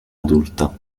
adulta